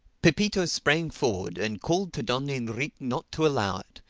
pepito sprang forward and called to don enrique not to allow it,